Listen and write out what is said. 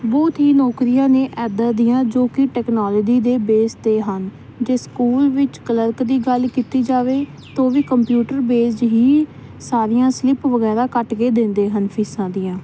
ਬਹੁਤ ਹੀ ਨੌਕਰੀਆਂ ਨੇ ਇੱਦਾਂ ਦੀਆਂ ਜੋ ਕਿ ਟੈਕਨੋਲੋਜੀ ਦੇ ਬੇਸ 'ਤੇ ਹਨ ਜੇ ਸਕੂਲ ਵਿੱਚ ਕਲਰਕ ਦੀ ਗੱਲ ਕੀਤੀ ਜਾਵੇ ਤਾਂ ਉਹ ਵੀ ਕੰਪਿਊਟਰ ਬੇਸਡ ਹੀ ਸਾਰੀਆਂ ਸਲਿਪ ਵਗੈਰਾ ਕੱਟ ਕੇ ਦਿੰਦੇ ਹਨ ਫੀਸਾਂ ਦੀਆਂ